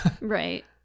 Right